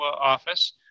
office